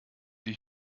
die